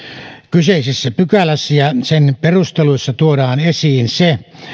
kyseisessä pykälässä ja sen perusteluissa tuodaan esiin se